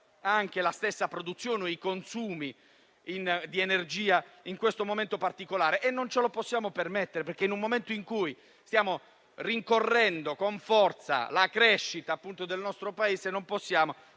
di ridurre la produzione e i consumi di energia in questo momento particolare. Non ce lo possiamo permettere, perché nel momento in cui stiamo rincorrendo con forza la crescita del nostro Paese, non possiamo